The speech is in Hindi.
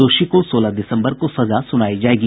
दोषी को सोलह दिसम्बर को सजा सुनायी जायेगी